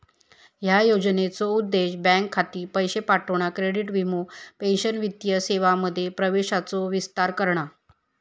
ह्या योजनेचो उद्देश बँक खाती, पैशे पाठवणा, क्रेडिट, वीमो, पेंशन वित्तीय सेवांमध्ये प्रवेशाचो विस्तार करणा